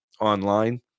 online